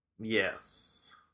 Yes